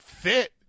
fit